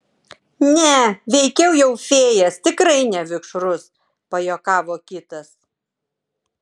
ne veikiau jau fėjas tikrai ne vikšrus pajuokavo kitas